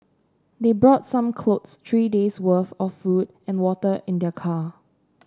they brought some clothes three day's worth of food and water in their car